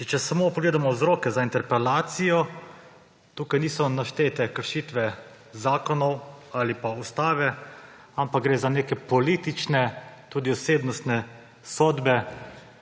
Že če pogledamo samo vzroke za interpelacijo, tukaj niso naštete kršitve zakonov ali ustave, ampak gre za neke politične, tudi osebne sodbe,